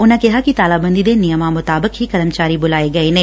ਉਨਾਂ ਕਿਹਾ ਕਿ ਤਾਲਾਬੰਦੀ ਦੇ ਨਿਯਮਾ ਮੁਤਾਬਿਕ ਹੀ ਕਰਮਚਾਰੀ ਬੁਲਾਰੇ ਗਏ ਨੇ